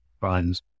funds